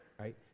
right